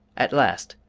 at last,